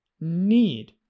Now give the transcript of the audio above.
need